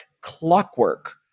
clockwork